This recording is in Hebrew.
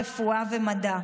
רפואה ומדע.